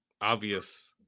obvious